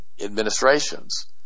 administrations